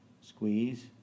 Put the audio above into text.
squeeze